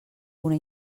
una